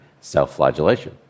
self-flagellation